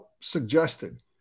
suggested